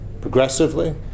progressively